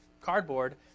cardboard